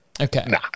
Okay